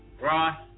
Ross